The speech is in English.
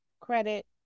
Credit